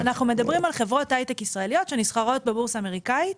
אנחנו מדברים על חברות הייטק ישראליות שנסחרות בבורסה האמריקאית.